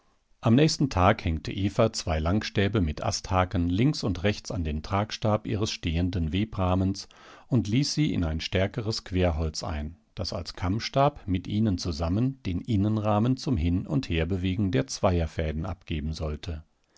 am nächsten tag hängte eva zwei langstäbe mit asthaken links und rechts an den tragstab ihres stehenden webrahmens und ließ sie in ein stärkeres querholz ein das als kammstab mit ihnen zusammen den innenrahmen zum hin und herbewegen der zweierfäden abgeben sollte